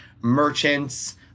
merchants